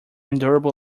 endurable